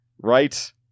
right